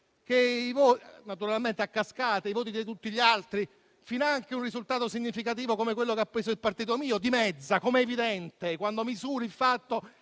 cento e naturalmente, a cascata, i voti di tutti gli altri; finanche un risultato significativo come quello che ha preso il mio partito dimezza, com'è evidente, quando si misura il fatto